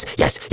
yes